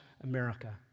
America